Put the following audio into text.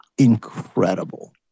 incredible